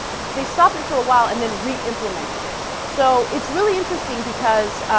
they stop in for a while and then we implemented it so it's really interesting because